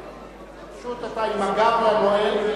פשוט אתה עם הגב לנואם,